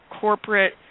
corporate